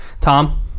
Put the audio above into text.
Tom